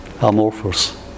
Amorphous